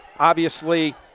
obviously,